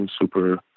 super